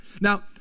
Now